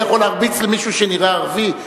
אני יכול להרביץ למישהו שנראה ערבי?